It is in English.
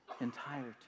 entirety